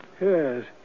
Yes